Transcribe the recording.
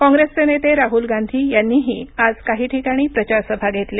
काँग्रेसचे नेते राहुल गांधी यांनीही आज काही ठिकाणी सभा घेतल्या